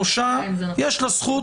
יש לה זכות.